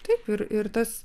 taip ir ir tas